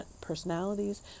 personalities